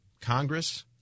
Congress